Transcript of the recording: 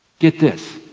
get this,